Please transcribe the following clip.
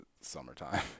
summertime